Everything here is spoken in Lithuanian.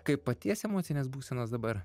kaip paties emocinės būsenos dabar